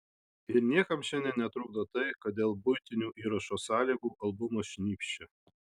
ir niekam šiandien netrukdo tai kad dėl buitinių įrašo sąlygų albumas šnypščia